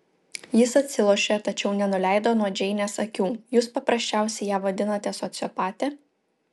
jis atsilošė tačiau nenuleido nuo džeinės akių jūs paprasčiausiai ją vadinate sociopate